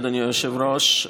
אדוני היושב-ראש,